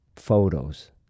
Photos